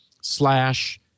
slash